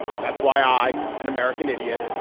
and that's why i an american idiot.